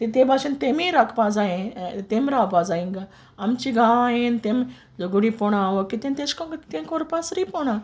तें ते भाशीन तेमीय राखपा जायें तेमी रावपा जाय इंगा आमचे गांवां येन तेम झोगडीपोणां ओ कितें तेशकोन्न तेम कोरपा शिरी पोडना